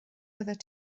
byddet